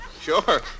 Sure